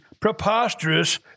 preposterous